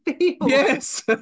yes